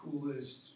coolest